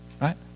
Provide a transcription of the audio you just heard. right